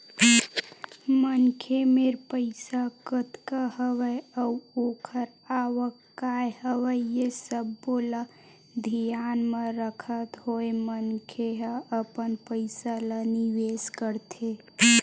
मनखे मेर पइसा कतका हवय अउ ओखर आवक काय हवय ये सब्बो ल धियान म रखत होय मनखे ह अपन पइसा ल निवेस करथे